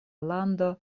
lando